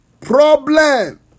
problem